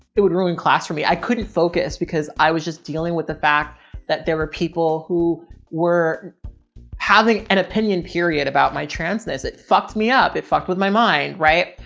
it would ruin class for me. i couldn't focus because i was just dealing with the fact that there were people who were having an opinion period about my transness. it fucked me up. it fucked with my mind. right?